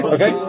Okay